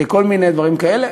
כל מיני דברים כאלה.